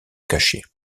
cacher